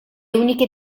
uniche